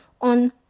on